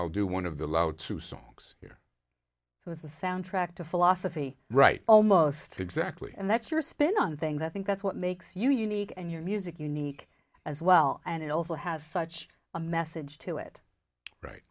i'll do one of the loud two songs so it's the soundtrack to philosophy right almost exactly and that's your spin on things i think that's what makes you unique and your music unique as well and it also has such a message to it right